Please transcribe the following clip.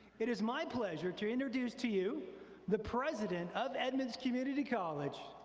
it is my pleasure to introduce to you the president of edmonds community college,